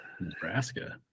nebraska